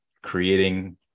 creating